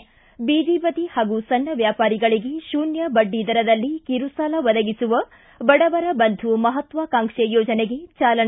ಿ ಬೀದಿ ಬದಿ ಹಾಗೂ ಸಣ್ಣ ವ್ಯಾಪಾರಿಗಳಿಗೆ ಶೂನ್ಯ ಬಡ್ಡಿದರದಲ್ಲಿ ಕಿರುಸಾಲ ಒದಗಿಸುವ ಬಡವರ ಬಂಧು ಮಹತ್ವಾಕಾಂಕ್ಷಿ ಯೋಜನೆಗೆ ಚಾಲನೆ